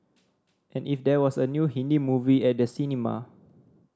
and if there was a new Hindi movie at the cinema